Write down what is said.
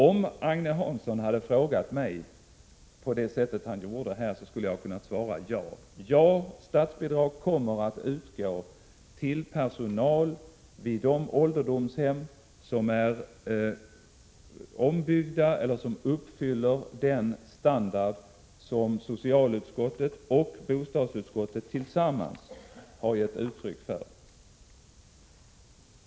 Om Agne Hansson då hade frågat mig på det sätt han nu har gjort skulle jag ha kunnat svara: Ja, statsbidrag kommer att utgå till personal vid de ålderdomshem som är ombyggda till eller som uppfyller den standard som socialutskottet och bostadsutskottet tillsammans har gett uttryck för.